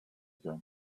going